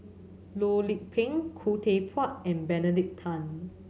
Loh Lik Peng Khoo Teck Puat and Benedict Tan